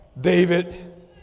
David